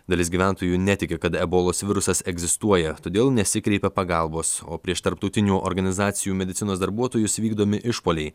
dalis gyventojų netiki kad ebolos virusas egzistuoja todėl nesikreipia pagalbos o prieš tarptautinių organizacijų medicinos darbuotojus vykdomi išpuoliai